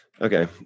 Okay